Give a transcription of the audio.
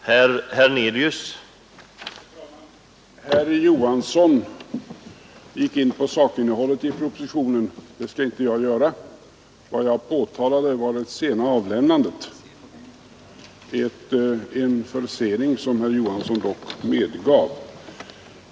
Herr talman! Herr Johansson i Trollhättan gick in på sakinnehållet i propositionen. Det skall inte jag göra. Vad jag påtalade var det sena avlämnandet — en försening som herr Johansson dock medgav.